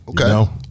Okay